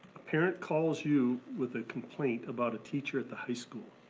a parent calls you with a complaint about a teacher at the high school.